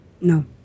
no